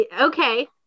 Okay